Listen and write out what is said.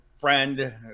friend